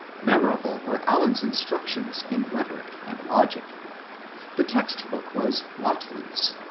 memorable were allen's instructions in rhetoric and logic the text-book was whately's,